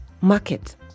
market